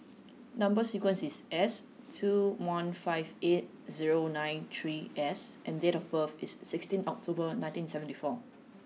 number sequence is S two one five eight zero nine three S and date of birth is sixteen October nineteen seventy four